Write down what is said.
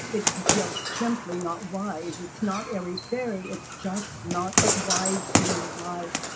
it's just simply not wise. it's not airy fairy, it's just not wise in life.